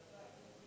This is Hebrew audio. עדיין אין שר,